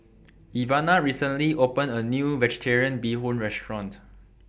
Ivana recently opened A New Vegetarian Bee Hoon Restaurant